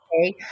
okay